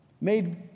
made